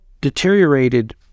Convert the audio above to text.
deteriorated